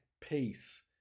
peace